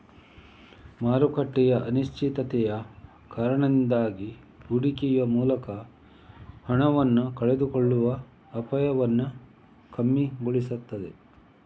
ಮಾರುಕಟ್ಟೆಯ ಅನಿಶ್ಚಿತತೆಯ ಕಾರಣದಿಂದಾಗಿ ಹೂಡಿಕೆಯ ಮೂಲಕ ಹಣವನ್ನ ಕಳೆದುಕೊಳ್ಳುವ ಅಪಾಯವನ್ನ ಕಮ್ಮಿಗೊಳಿಸ್ತದೆ